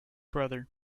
brother